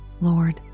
Lord